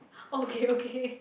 okay okay